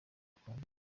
akunda